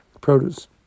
produce